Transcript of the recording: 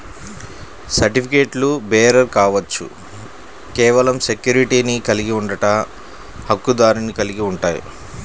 సర్టిఫికెట్లుబేరర్ కావచ్చు, కేవలం సెక్యూరిటీని కలిగి ఉండట, హక్కుదారుని కలిగి ఉంటాయి,